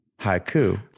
Haiku